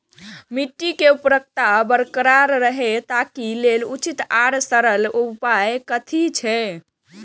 मिट्टी के उर्वरकता बरकरार रहे ताहि लेल उचित आर सरल उपाय कथी छे?